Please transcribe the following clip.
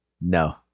No